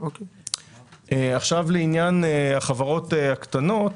לעניין החברות הקטנות.